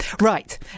Right